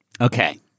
Okay